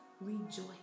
rejoice